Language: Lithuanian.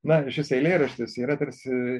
na šis eilėraštis yra tarsi